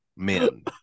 Men